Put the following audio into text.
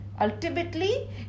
Ultimately